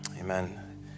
Amen